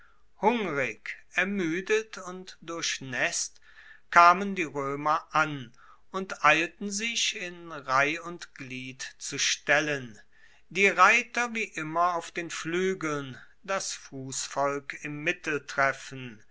hungrig ermuedet und durchnaesst kamen die roemer an und eilten sich in reihe und glied zu stellen die reiter wie immer auf den fluegeln das fussvolk im